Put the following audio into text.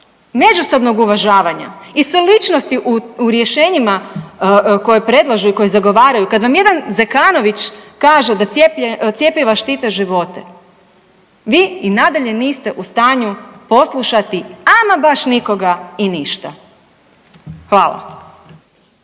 međusobnog uvažavanja i sličnosti u rješenjima koja predlažu i koja zagovaraju kad vam jedan Zekanović kaže da cjepiva štite života vi i nadalje niste u stanju poslušati ama baš nikoga i ništa. Hvala.